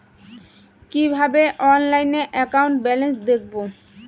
কিভাবে অনলাইনে account balance দেখবো?